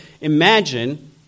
Imagine